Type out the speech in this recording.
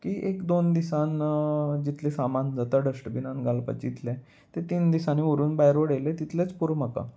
की एक दोन दिसान जितलें सामान जाता डस्टबिनान घालपाच इतलें ते तीन दिसांनी व्हरून भायर व उडयेले तितलेंच पुरो म्हाका